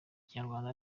ikinyarwanda